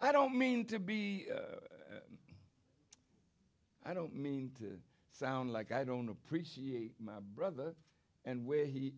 i don't mean to be i don't mean to sound like i don't appreciate my brother and where he